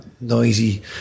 noisy